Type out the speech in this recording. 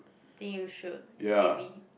I think you should it's heavy